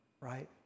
Right